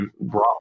brought